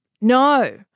No